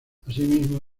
asimismo